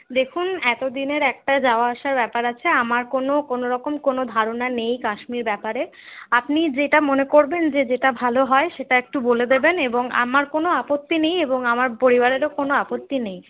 দেখুন এতদিনের একটা যাওয়া আসার ব্যাপার আছে আমার কোনো কোনোরকম কোনো ধারণা নেই কাশ্মীর ব্যাপারে আপনি যেটা মনে করবেন যে যেটা ভালো হয় সেটা একটু বলে দেবেন এবং আমার কোনো আপত্তি নেই এবং আমার পরিবারেরও কোনো আপত্তি নেই